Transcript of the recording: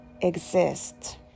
exist